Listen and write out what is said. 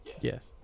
Yes